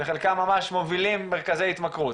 וחלקם ממש מובילים מרכזי התמכרות.